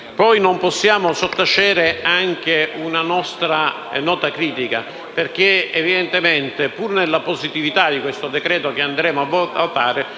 Non possiamo poi sottacere anche una nostra nota critica perché evidentemente, pur nella positività di questo decreto-legge che andremo a votare,